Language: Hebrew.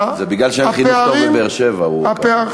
זה בגלל שאין חינוך טוב בבאר-שבע הוא ככה.